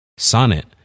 Sonnet